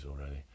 already